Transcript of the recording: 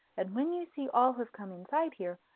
and when you see all have come inside here,